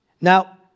Now